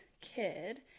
kid